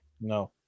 No